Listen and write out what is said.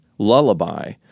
lullaby